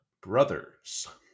brothers